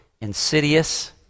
insidious